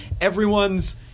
everyone's